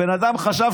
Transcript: הבן אדם חשב,